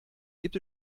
gibt